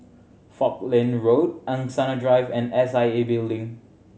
Falkland Road Angsana Drive and S I A Building